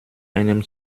einem